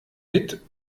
mit